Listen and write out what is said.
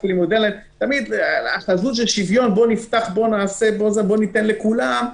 שוויון נפתח, ניתן לכולם,